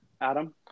Adam